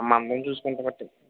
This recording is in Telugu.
ఆ మందం చూసుకుంటే బట్టి